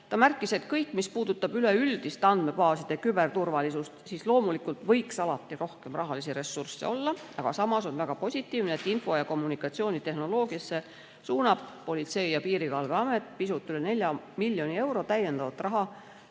Ta märkis, et mis puudutab andmebaaside üleüldist küberturvalisust, siis loomulikult võiks alati rohkem rahalisi ressursse olla. Aga samas on väga positiivne, et info- ja kommunikatsioonitehnoloogiasse suunab Politsei- ja Piirivalveamet pisut üle 4 miljoni euro täiendavat raha,